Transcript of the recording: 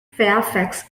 fairfax